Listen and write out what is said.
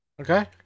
okay